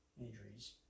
injuries